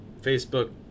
Facebook